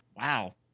Wow